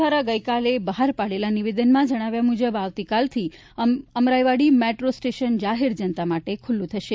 દ્વારા ગઈકાલે બહાર પાડેલા નિવેદનના જણાવ્યા મુજબ આવતીકાલથી અમરાઈવાડી મેટ્રો સ્ટેશન જાહેર જનતા માટે ખુલ્લુ થશે